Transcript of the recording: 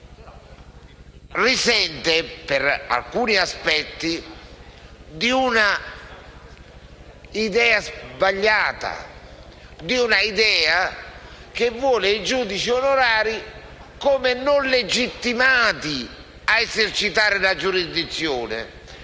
servizio, risente, per alcuni aspetti, di una idea sbagliata. Tale idea vuole i giudici onorari come non legittimati a esercitare la giurisdizione.